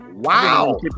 Wow